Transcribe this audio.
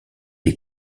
est